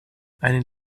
einen